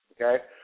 Okay